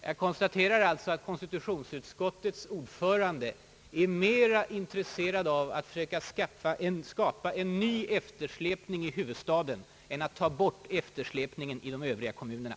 Herr talman! Jag konstaterar att konstitutionsutskottets ordförande är mera intresserad av att försöka skapa en ny eftersläpning i huvudstaden än att ta bort eftersläpningen i de övriga kommunerna.